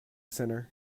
centre